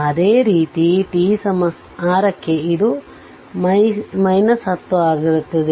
ಅದೇ ರೀತಿ t6 ಕ್ಕೆ ಇದು 10 ಆಗಿರುತ್ತದೆ